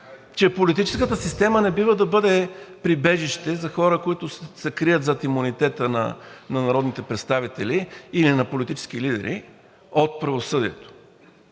че политическата система не бива да бъде прибежище за хора, които се крият зад имунитета на народните представители или на политически лидери от правосъдието.